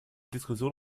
diskussion